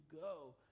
go